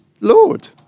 Lord